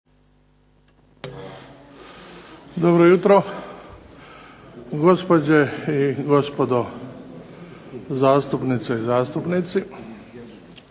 Dobro jutro gospođe i gospodo zastupnice i zastupnici.